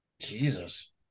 Jesus